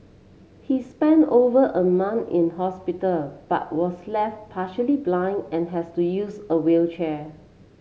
he spent over a month in hospital but was left partially blind and has to use a wheelchair